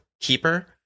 keeper